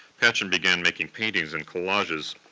patchen began making paintings and collages